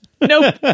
Nope